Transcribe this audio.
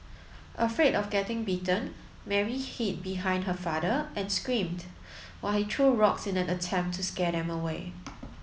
afraid of getting bitten Mary hid behind her father and screamed while he threw rocks in an attempt to scare them away